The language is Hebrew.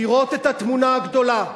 לראות את התמונה הגדולה,